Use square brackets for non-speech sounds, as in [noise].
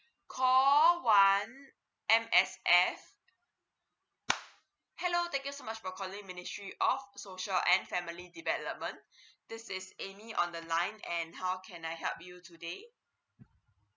call one M_S_F hello thank you so much for calling ministry of social and family development [breath] this is amy on the line and how can I help you today